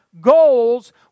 goals